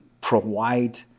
provide